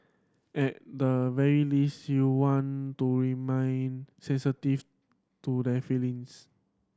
at the very least you want to remain sensitive to their feelings